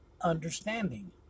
understanding